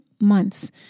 months